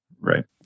right